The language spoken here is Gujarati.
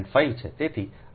5 છે